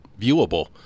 viewable